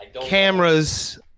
cameras